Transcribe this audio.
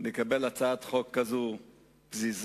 נקבל הצעת חוק כזאת פזיזה,